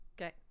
Okay